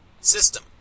system